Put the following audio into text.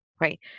Right